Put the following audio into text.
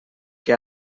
que